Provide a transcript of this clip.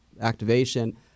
activation